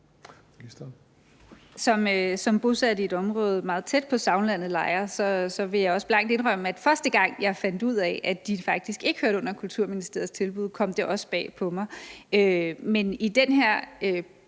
Som bosat i området meget tæt på Sagnlandet Lejre vil jeg også blankt indrømme, at første gang jeg fandt ud af, at de faktisk ikke hører under Kulturministeriets tilbud, kom det også bag på mig. Men i den her